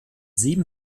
sieben